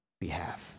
behalf